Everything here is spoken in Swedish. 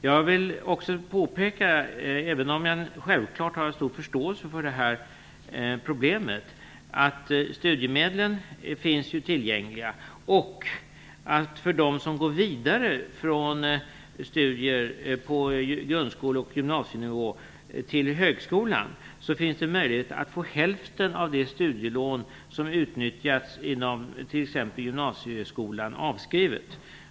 Jag vill också påpeka, även om jag självklart har stor förståelse för detta problem, att studiemedlen finns tillgängliga och att de som går vidare från studier på grundskole och gymnasienivå till högskolan har möjlighet att få hälften av det studielån som utnyttjats inom t.ex. gymnasieskolan avskrivet.